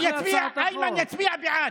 איימן יצביע בעד,